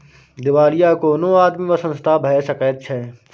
दिवालिया कोनो आदमी वा संस्था भए सकैत छै